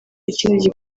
ikindi